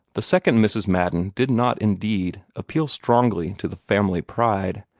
the second mrs. madden did not, indeed, appeal strongly to the family pride.